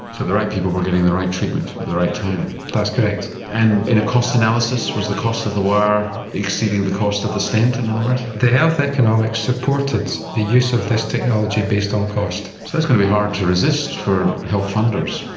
so the right people were getting the right treatment at the right time. that's correct. and in a cost analysis, was the cost of the wire exceeding the cost of the stent in other words? the health economics supported the use of this technology based on cost. so that's going to be hard to resist for health funders.